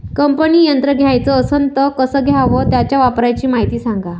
कापनी यंत्र घ्याचं असन त कस घ्याव? त्याच्या वापराची मायती सांगा